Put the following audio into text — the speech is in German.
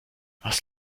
was